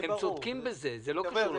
הם צודקים בזה, זה לא קשור לקורונה.